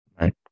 Right